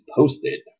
posted